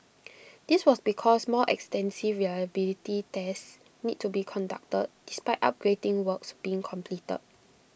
this was because more extensive reliability tests needed to be conducted despite upgrading works being complete